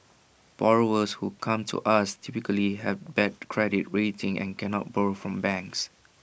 borrowers who come to us typically have bad credit rating and cannot borrow from banks